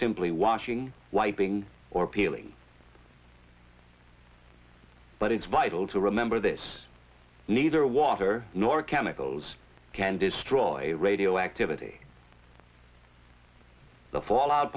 simply washing wiping or peeling but it's vital to remember this neither water nor chemicals can destroy radioactivity the fallout